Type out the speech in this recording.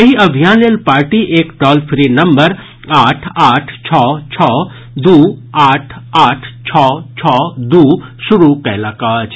एहि अभियान लेल पार्टी एक टॉल फ्री नम्बर आठ आठ छओ छओ दू आठ आठ छओ छओ दू शुरू कयलक अछि